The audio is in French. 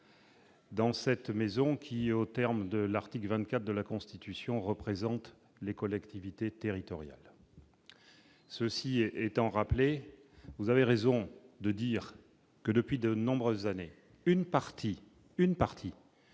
Dans cette maison qui, au terme de l'article 24 de la Constitution représente les collectivités territoriales, ceci étant, rappelez vous avez raison de dire que, depuis de nombreuses années, une partie, une partie